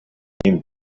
came